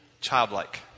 childlike